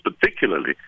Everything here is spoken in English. particularly